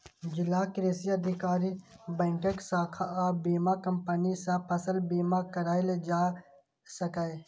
जिलाक कृषि अधिकारी, बैंकक शाखा आ बीमा कंपनी सं फसल बीमा कराएल जा सकैए